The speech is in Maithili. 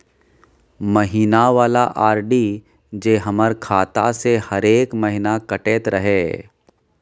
महीना वाला आर.डी जे हमर खाता से हरेक महीना कटैत रहे?